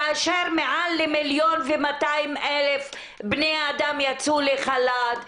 כאשר מעל למיליון ו-200 אלף בני אדם יצאו לחל"ת.